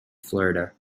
florida